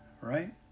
Right